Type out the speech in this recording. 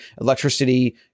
electricity